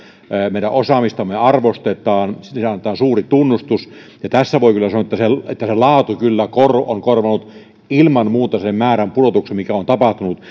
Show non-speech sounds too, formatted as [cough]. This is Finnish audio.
meidän osaamistamme arvostetaan ja sille annetaan suuri tunnustus ja tässä voi kyllä sanoa että se laatu kyllä on korvannut ilman muuta sen määrän pudotuksen mikä on tapahtunut [unintelligible]